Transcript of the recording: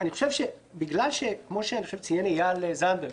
כמו שציין אייל זנדברג,